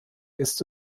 ist